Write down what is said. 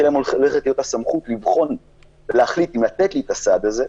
שלהם הולכת להיות הסמכות להחליט אם לתת לי את הסעד הזה,